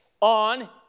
on